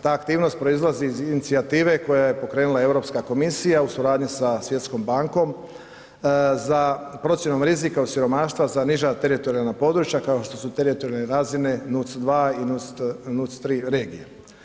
Ta aktivnost proizlazi iz inicijativa koje je pokrenula Europska komisija u suradnji sa Svjetskom bankom za procjenom rizika od siromaštva za niža teritorijalna područja kao što su teritorijalne razine, NUC2 i NUC3 regije.